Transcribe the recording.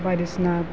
बायदिसिना